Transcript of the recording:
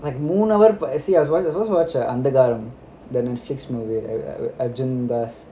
மூணு:moonu hour அந்த காலம்:antha kaalam Arjun தாஸ்:arjun dhas